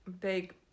Big